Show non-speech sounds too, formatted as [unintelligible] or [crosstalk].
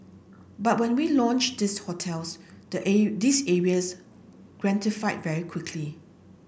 but when we launched these hotels the [unintelligible] these areas gentrified very quickly